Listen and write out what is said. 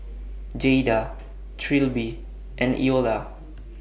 Jayda Trilby and Eola